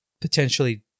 potentially